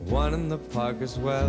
varna sakiusi v